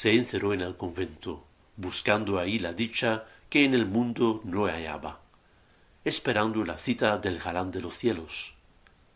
se encerró en el convento buscando allí la dicha que en el mundo no hallaba esperando la cita del galán de los cielos